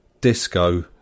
Disco